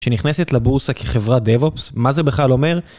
שנכנסת לבורסה כחברת דאב-אופס, מה זה בכלל אומר?